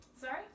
Sorry